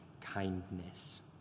kindness